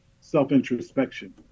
self-introspection